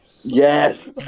Yes